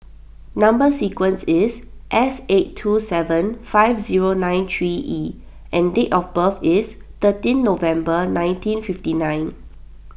Number Sequence is S eight two seven five zero nine three E and date of birth is thirteenth November nineteen fifty nine